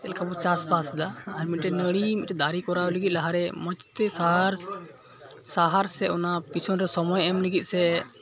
ᱪᱮᱫ ᱞᱮᱠᱟᱵᱚ ᱪᱟᱥᱵᱟᱥ ᱮᱫᱟ ᱟᱨ ᱢᱤᱫᱴᱮᱡ ᱱᱟᱹᱲᱤ ᱫᱟᱨᱮ ᱠᱚᱨᱟᱣ ᱞᱟᱹᱜᱤᱫ ᱞᱟᱦᱟᱨᱮ ᱢᱚᱡᱽᱛᱮ ᱥᱟᱦᱟᱨ ᱥᱟᱦᱟᱨ ᱥᱮ ᱚᱱᱟ ᱯᱤᱪᱷᱚᱱᱨᱮ ᱥᱚᱢᱚᱭ ᱮᱢ ᱞᱟᱹᱜᱤᱫ ᱥᱮ